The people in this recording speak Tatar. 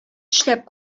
эшләп